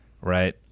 right